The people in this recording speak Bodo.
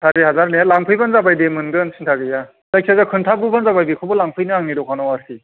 सारि हाजारनि लांफैबानो जाबाय दे मोनगोन सिन्था गैया जायखिजाया खोन्थाबोबानो जाबाय बेखौबो लांफैनो आंनि दखानाव आरोखि